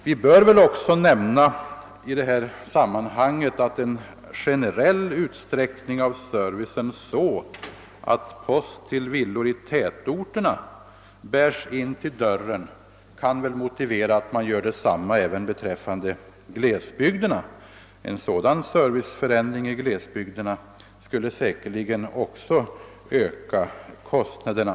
Vi bör väl också nämna i detta sammanhang att en generell utsträckning av servicen, så att post till villor i tätorterna bärs fram till dörren, borde motivera en motsvarande åtgärd även beträffande glesbygderna. En sådan serviceförändring i glesbygderna skulle säkerligen också öka kostnaderna.